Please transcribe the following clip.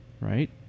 right